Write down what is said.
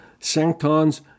sanctons